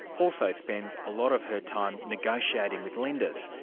also spends a lot of her time negotiating with lenders,